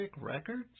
Records